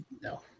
No